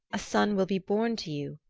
a son will be born to you,